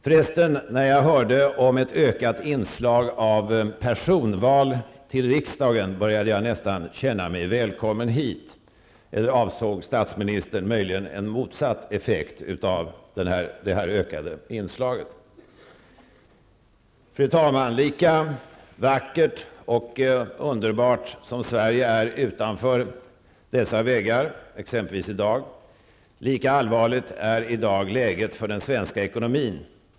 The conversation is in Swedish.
När jag för övrigt hörde om ''ett ökat inslag av personval till riksdagen'', började jag nästan känna mig välkommen hit! Eller avsåg statsministern möjligen en motsatt effekt av det ökade inslaget? Fru talman! Lika vackert och underbart som Sverige är utanför dessa väggar, inte minst i dag, lika allvarligt är läget för den svenska ekonomin.